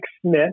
Smith